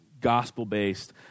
gospel-based